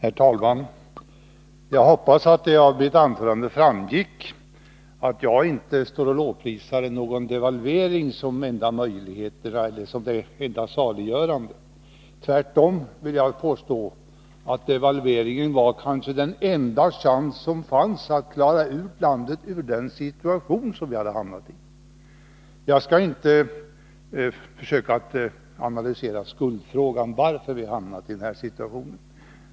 Herr talman! Jag hoppas att det av mitt anförande framgick att jag inte lovprisar någon devalvering och menar att det är det enda saliggörande. Jag vill tvärtom påstå att devalveringen var den kanske enda chans som fanns att klara landet ur den situation som vi hade hamnat i. Jag skall inte försöka analysera frågan, vems skulden var eller utreda varför vi hamnat i den situationen.